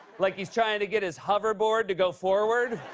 like he's trying to get his hoverboard to go forward.